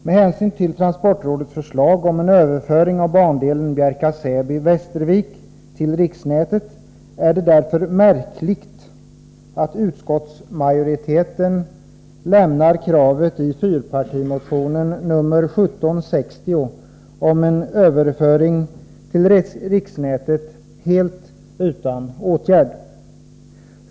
Med hänsyn till transportrådets förslag om en överföring av bandelen Bjärka/Säby-Västervik till riksnätet är det märkligt att utskottsmajoriteten lämnar kravet i fyrpartimotionen nr 1760 om en överföring till riksnätet helt utan åtgärd.